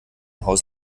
haus